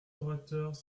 orateurs